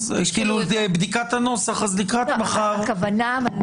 לקראת מחר נבהיר.